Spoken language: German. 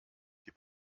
die